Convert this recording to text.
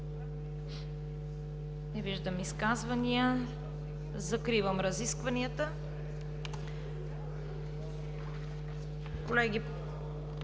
Не виждам изказвания. Закривам разискванията. Колеги,